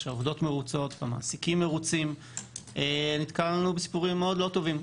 שהעובדות מרוצות והמעסיקים מרוצים ונתקלנו בסיפורים מאוד לא טובים,